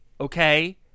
Okay